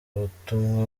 butumwa